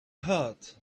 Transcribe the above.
heard